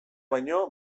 baino